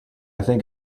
think